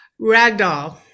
Ragdoll